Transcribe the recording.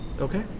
Okay